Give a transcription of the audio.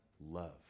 love